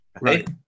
Right